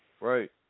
Right